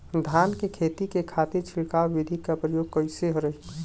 धान के खेती के खातीर छिड़काव विधी के प्रयोग कइसन रही?